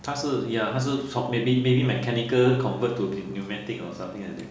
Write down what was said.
它是 ya 它是 con~ maybe maybe mechanical convert to pneumatic or something like that